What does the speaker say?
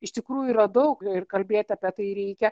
iš tikrųjų yra daug ir kalbėt apie tai reikia